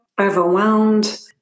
overwhelmed